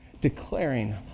declaring